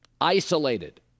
isolated